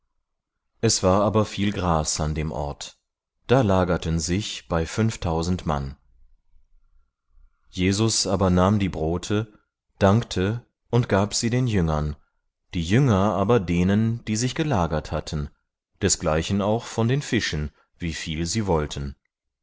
es war aber viel gras an dem ort da lagerten sich bei fünftausend mann jesus aber nahm die brote dankte und gab sie den jüngern die jünger aber denen die sich gelagert hatten desgleichen auch von den fischen wieviel sie wollten